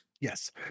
Yes